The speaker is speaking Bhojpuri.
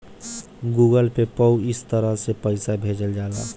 गूगल पे पअ इ तरह से पईसा भेजल जाला